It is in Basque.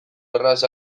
erraz